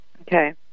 Okay